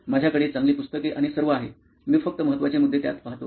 माझ्याकडे चांगली पुस्तके आणि सर्व आहे मी फक्त महत्वाचे मुद्दे त्यात पाहतो